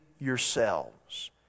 yourselves